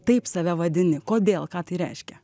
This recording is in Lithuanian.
taip save vadini kodėl ką tai reiškia